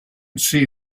see